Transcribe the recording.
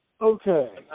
okay